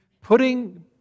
putting